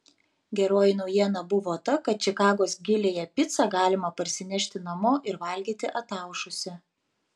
geroji naujiena buvo ta kad čikagos giliąją picą galima parsinešti namo ir valgyti ataušusią